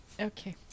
okay